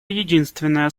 единственное